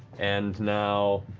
and now